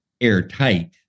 airtight